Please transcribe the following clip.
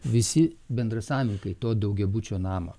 visi bendrasavininkai to daugiabučio namo